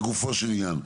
לגופו שלעניין.